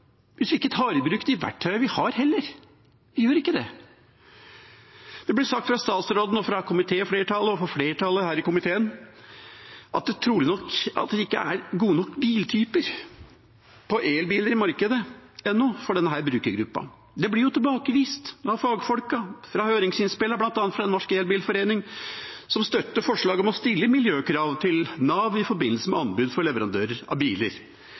tar i bruk de verktøyene vi har, gjør vi ikke det. Det ble sagt av statsråden og fra flertallet her i komiteen at det trolig ikke er gode nok elbiltyper i markedet ennå for denne brukergruppa. Det blir tilbakevist av fagfolkene i høringsinnspillene, bl.a. av Norsk elbilforening, som støtter forslaget om å stille miljøkrav til Nav i forbindelse med anbud for leverandører